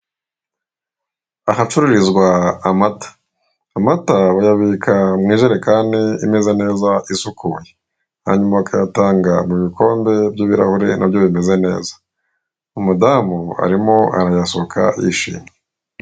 Ahacururizwa amata, amata bayabika mu ijerekani imeze neza isukuye hanyuma bakayatanga mu bikombe by'ibirahuri nabyo bimeze neza. Umudamu arimo arayasuka yishimye.